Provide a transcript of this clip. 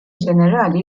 ġenerali